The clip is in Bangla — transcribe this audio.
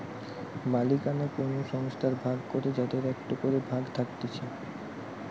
মালিকানা কোন সংস্থার ভাগ করে যাদের একটো করে ভাগ থাকতিছে